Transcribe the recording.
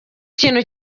ikintu